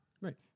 Right